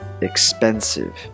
Expensive